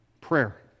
Prayer